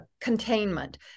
containment